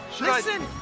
Listen